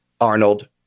Arnold